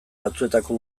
batzuetako